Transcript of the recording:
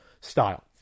style